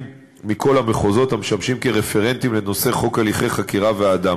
מכל המחוזות המשמשים כרפרנטים לנושא חוק הליכי חקירה והעדה,